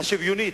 השוויונית,